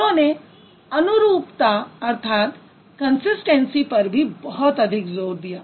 उन्होंने अनुरूपता अर्थात consistency पर भी बहुत अधिक ज़ोर दिया